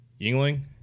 Yingling